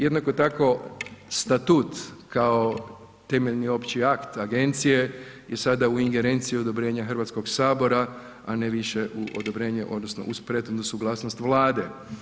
Jednako tako Statut kao temeljni opći akt agencije i sada u ingerenciji odobrenja Hrvatskog sabora, a ne više u odobrenje odnosno uz prethodnu suglasnost Vlade.